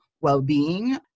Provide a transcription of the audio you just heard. well-being